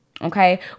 Okay